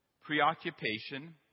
Preoccupation